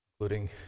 including